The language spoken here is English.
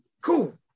Cool